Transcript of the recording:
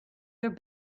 their